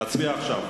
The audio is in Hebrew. להצביע עכשיו.